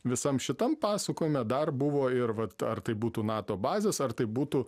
visam šitam pasakojime dar buvo ir vat ar tai būtų nato bazės ar tai būtų